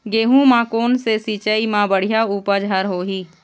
गेहूं म कोन से सिचाई म बड़िया उपज हर होही?